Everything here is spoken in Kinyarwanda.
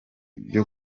byo